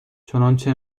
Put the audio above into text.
چنانچه